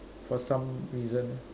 for some reason